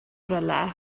rhywle